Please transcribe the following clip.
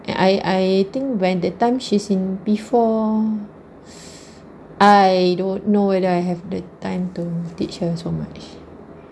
and I I think when the time she's in P four I don't know whether I have the time to teach her so much